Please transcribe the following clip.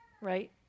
right